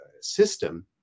system